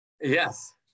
Yes